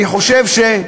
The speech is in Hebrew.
אני חושב ש,